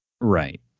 right